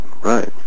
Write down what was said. right